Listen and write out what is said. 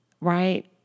right